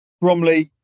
Bromley